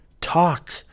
Talk